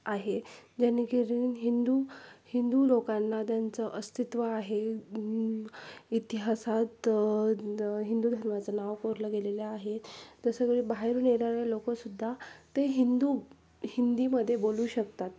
आहे जेणेकरून हिंदू हिंदू लोकांना त्यांचं अस्तित्व आहे इतिहासात हिंदू धर्माचं नाव कोरलं गेलेलं आहे जसं कधी बाहेरून येणारे लोकसुद्धा ते हिंदू हिंदीमध्ये बोलू शकतात